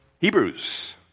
Hebrews